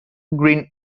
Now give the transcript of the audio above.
green